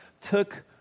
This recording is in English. took